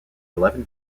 eleven